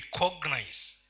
recognize